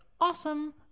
awesome